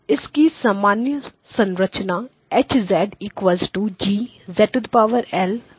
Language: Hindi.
इसकी सामान्य संरचना H G I है